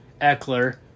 Eckler